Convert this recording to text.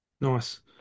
Nice